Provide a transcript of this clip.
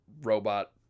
robot